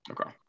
okay